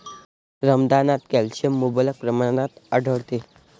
रमदानात कॅल्शियम मुबलक प्रमाणात आढळते